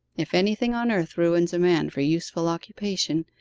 if anything on earth ruins a man for useful occupation,